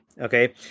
Okay